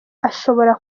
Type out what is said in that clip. ashobora